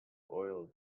oil